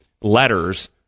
letters